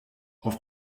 auf